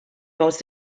most